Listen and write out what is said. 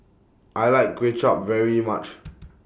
I like Kuay Chap very much